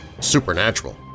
supernatural